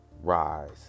rise